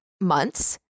months